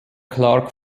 clark